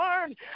learn